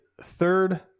third